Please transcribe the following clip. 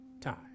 time